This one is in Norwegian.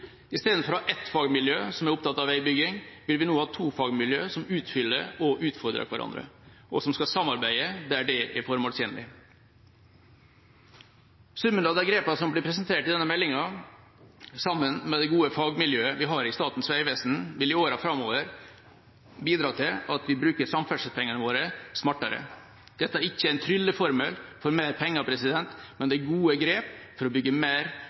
Istedenfor å ha ett fagmiljø som er opptatt av veibygging, vil vi nå ha to fagmiljø, som utfyller og utfordrer hverandre, og som skal samarbeide der det er formålstjenlig. Summen av de grepene som blir presentert i denne meldinga, sammen med det gode fagmiljøet vi har i Statens vegvesen, vil i årene framover bidra til at vi bruker samferdselspengene våre smartere. Dette er ikke en trylleformel for mer penger, men det er gode grep for å bygge mer